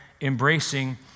embracing